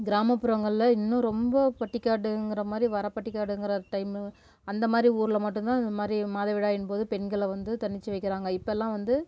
கிராமப்புறங்களில் இன்னும் ரொம்ப பட்டிக்காடுங்கிற மாதிரி வர பட்டிக்காடுங்கிற டைம்மு அந்தமாதிரி ஊரில் மட்டும் தான் அதுமாதிரி மாதவிடாயின் போது பெண்களை வந்து தன்னிச்சி வைக்கிறாங்க இப்போல்லாம் வந்து